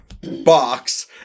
box